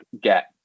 get